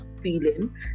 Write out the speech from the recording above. feeling